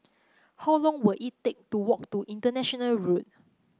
how long will it take to walk to International Road